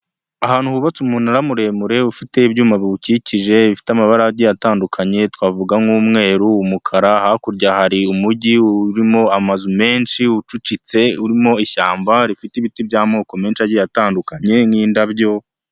Icyumba kigaragara nkaho hari ahantu bigira ikoranabuhanga, hari abagabo babiri ndetse hari n'undi utari kugaragara neza, umwe yambaye ishati y'iroze undi yambaye ishati y'umutuku irimo utubara tw'umukara, imbere yabo hari amaterefoni menshi bigaragara ko bari kwihugura.